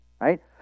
Right